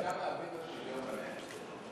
אפשר להעביר לוועדה לשוויון בנטל?